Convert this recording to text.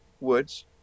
woods